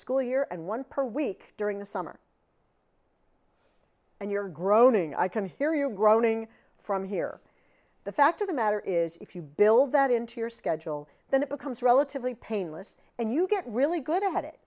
school year and one per week during the summer and you're groaning i can hear your groaning from here the fact of the matter is if you build that into your schedule then it becomes relatively painless and you get really good at it